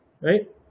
right